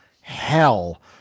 hell